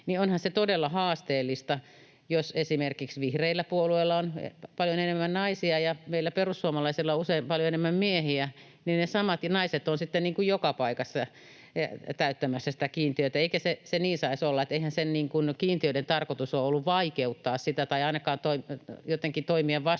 Onhan se todella haasteellista, jos esimerkiksi vihreällä puolueella on paljon enemmän naisia ja meillä perussuomalaisilla usein paljon enemmän miehiä, niin ne samat naiset ovat sitten joka paikassa täyttämässä sitä kiintiötä, eikä se niin saisi olla. Eihän niiden kiintiöiden tarkoitus ole ollut vaikeuttaa sitä tai ainakaan jotenkin toimia vastoin